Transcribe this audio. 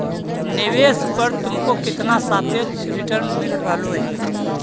निवेश पर तुमको कितना सापेक्ष रिटर्न मिल रहलो हे